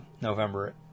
November